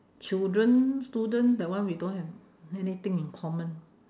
children student that one we don't have anything in common